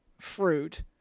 fruit